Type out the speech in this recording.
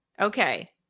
Okay